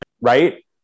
right